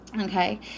Okay